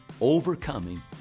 Overcoming